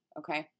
okay